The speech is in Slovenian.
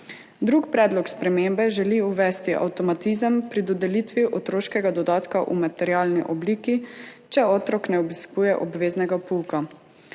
Drugi predlog spremembe želi uvesti avtomatizem pri dodelitvi otroškega dodatka v materialni obliki, če otrok ne obiskuje obveznega pouka.